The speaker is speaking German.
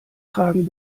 tragen